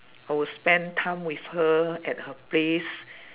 I will spend time with her at her place